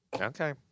Okay